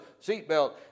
seatbelt